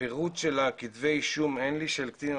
הפירוט של כתבי האישום אין לי לגבי קטינים,